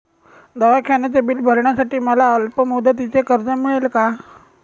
दवाखान्याचे बिल भरण्यासाठी मला अल्पमुदतीचे कर्ज मिळेल का?